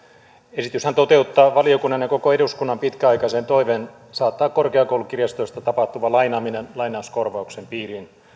esityshän toteuttaa valiokunnan ja koko eduskunnan pitkäaikaisen toiveen saattaa korkeakoulukirjastoista tapahtuva lainaaminen lai nauskorvauksen piiriin